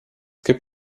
gibt